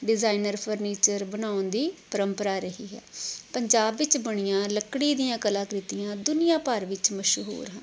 designer furniture ਬਣਾਉਣ ਦੀ ਪਰੰਪਰਾ ਰਹੀ ਹੈ ਪੰਜਾਬ ਵਿੱਚ ਬਣੀਆਂ ਲੱਕੜੀ ਦੀਆਂ ਕਲਾਂ ਕ੍ਰਿਤੀਆਂ ਦੁਨੀਆਂ ਭਰ ਵਿੱਚ ਮਸ਼ਹੂਰ ਹਨ